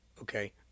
Okay